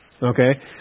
Okay